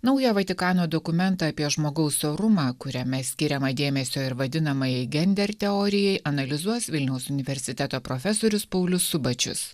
naują vatikano dokumentą apie žmogaus orumą kuriame skiriama dėmesio ir vadinamajai gender teorijai analizuos vilniaus universiteto profesorius paulius subačius